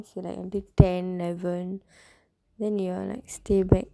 so like until ten eleven then you are like stay back